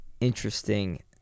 interesting